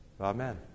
Amen